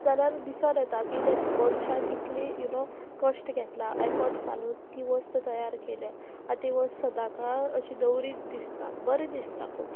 जाल्यार दिसोन येता की ते मनशान इतली यू नो कश्ट घेतला एफर्ट्स घालून ती वस्त तयार केल्या आनी ती वस्त सदांकाळ अशी दवरीन दिसता बरें दिसता खूब